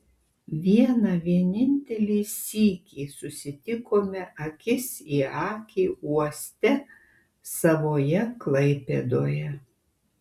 vieną vienintelį sykį susitikome akis į akį uoste savoje klaipėdoje